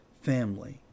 family